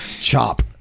chop